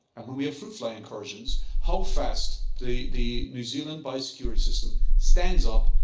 and when we have fruit fly incursions, how fast the the new zealand biosecurity system stands up,